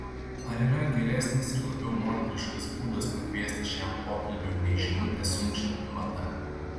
ar yra geresnis ir labiau moteriškas būdas pakviesti šiam pokalbiui nei žinutę siunčianti mada